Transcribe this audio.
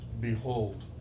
behold